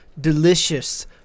delicious